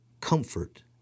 comfort